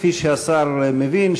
כפי שהשר מבין,